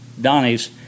Donnie's